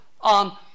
on